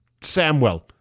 Samwell